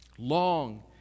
long